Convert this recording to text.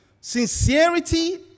sincerity